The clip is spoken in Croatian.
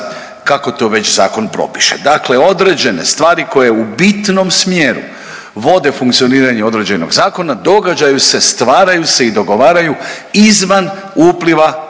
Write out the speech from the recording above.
kako to već zakon propiše. Dakle, određene stvari koje u bitnom smjeru vode funkcioniranju određenog zakona događaju se, stvaraju se i dogovaraju izvan upliva